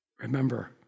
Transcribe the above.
Remember